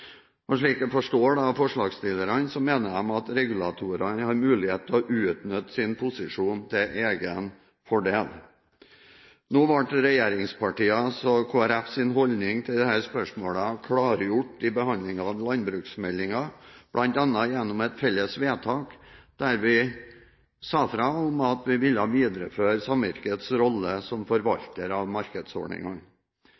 året. Slik jeg forstår forslagsstillerne, mener de at regulatorene har mulighet til å utnytte sin posisjon til egen fordel. Regjeringspartienes og Kristelig Folkepartis holdning til disse spørsmålene ble klargjort i behandlingen av landbruksmeldingen, bl.a. gjennom et felles vedtak der vi sa ifra om at vi ville videreføre samvirkets rolle som